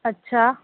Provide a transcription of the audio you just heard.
अच्छा